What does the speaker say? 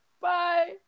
bye